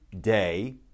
day